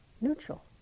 Neutral